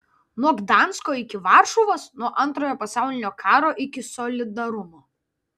nuo gdansko iki varšuvos nuo antrojo pasaulinio karo iki solidarumo